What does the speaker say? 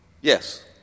Yes